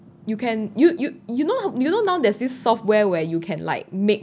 you can you you you know you know now there's this software where you can like make